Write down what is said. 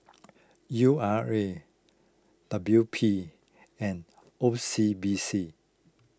U R A W P and O C B C